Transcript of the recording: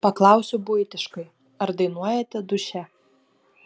paklausiu buitiškai ar dainuojate duše